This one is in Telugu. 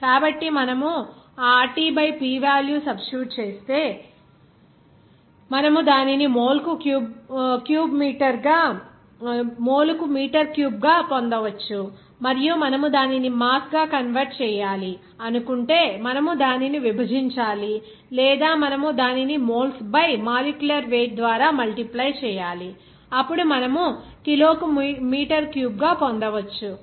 కాబట్టి మనము ఆ RT by P value substitute చేస్తే మనము దానిని మోల్ కు మీటర్ క్యూబ్ గా పొందవచ్చు మరియు మనము దానిని మాస్ గా కన్వెర్ట్ చేయాలి అనుకుంటే మనము దానిని విభజించాలి లేదా మనము దానిని మోల్స్ బై మాలిక్యులర్ వెయిట్ ద్వారా మల్టిప్లై చేయాలి అప్పుడు మనము కిలో కు మీటర్ క్యూబ్ గా పొందవచ్చు